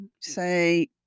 Say